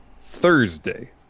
Thursday